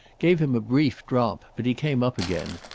gave him a brief drop but he came up again.